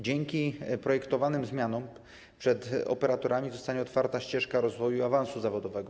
Dzięki projektowanym zmianom przed operatorami zostanie otwarta ścieżka rozwoju i awansu zawodowego.